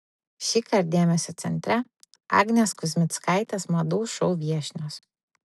šįkart dėmesio centre agnės kuzmickaitės madų šou viešnios